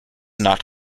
not